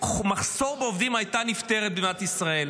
מחסור בעובדים הייתה נפתרת במדינת ישראל.